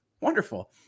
Wonderful